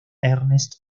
ernest